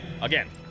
Again